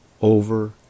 over